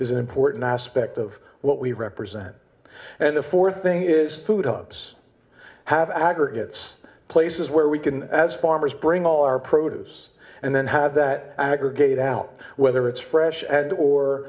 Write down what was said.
is an important aspect of what we represent and the fourth thing is food hubs have aggregates places where we can as farmers bring all our produce and then have that aggregate out whether it's fresh and